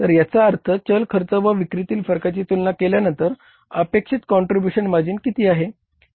तर याचा अर्थ चल खर्च व विक्रीतील फरकाची तुलना केल्यानंतर अपेक्षित कॉन्ट्रिब्यूशन मार्जिन किती आहे